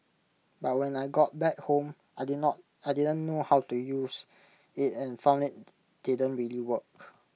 but when I got back home I didn't not I didn't know how to use IT and found IT didn't really work